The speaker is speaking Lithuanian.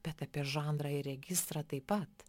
bet apie žanrą ir registrą taip pat